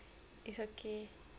it's okay